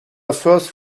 first